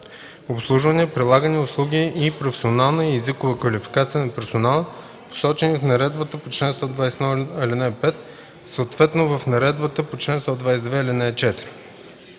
обслужване, предлагани услуги и професионална и езикова квалификация на персонала, посочени в наредбата по чл. 121, ал. 5, съответно в наредбата по чл. 122,